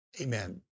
Amen